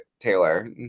taylor